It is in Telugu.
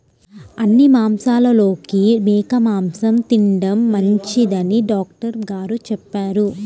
అన్ని మాంసాలలోకి మేక మాసం తిండం మంచిదని డాక్టర్ గారు చెప్పారు